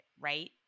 right